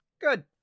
good